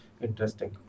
interesting